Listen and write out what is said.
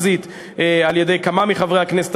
תקרא את העיתונים.